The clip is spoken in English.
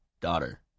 daughter